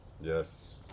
Yes